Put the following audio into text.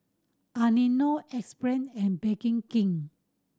Anello Axe Brand and King